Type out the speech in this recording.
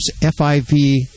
FIV